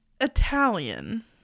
Italian